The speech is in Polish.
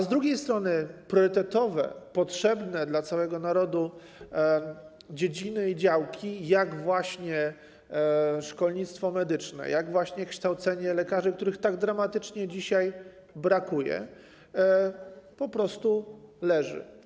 Z drugiej strony priorytetowe, potrzebne całemu narodowi dziedziny i działki jak właśnie szkolnictwo medyczne, jak kształcenie lekarzy, których tak dramatycznie dzisiaj brakuje, po prostu leży.